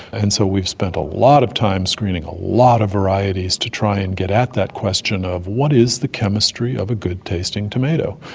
and so we've spent a lot of time screening a lot of varieties to try and get at that question of what is the chemistry of a good-tasting tomato,